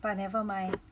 but I never mind